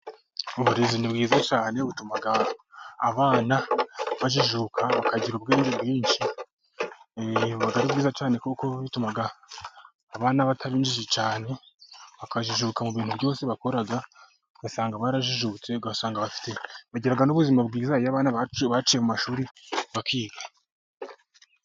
Uburezi ni bwiza cyane butuma abana bajijuka, bakagira ubwenge bwinshi. Biba ari byiza cyane kuko bituma abana bataba injiji cyane, bakajijuka mu bintu byose bakora ugasanga barajijutse, ugasanga bafite bagira n'ubuzima bwiza abana baciye mu mashuri bakiga.